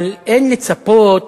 אבל אין לצפות,